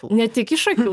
ne tik iš akių